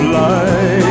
life